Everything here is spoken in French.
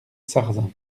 sarzin